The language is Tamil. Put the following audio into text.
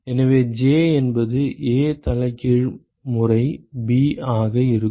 எனவே J என்பது A தலைகீழ் முறை b ஆக இருக்கும்